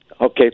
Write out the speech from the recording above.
Okay